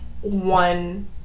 one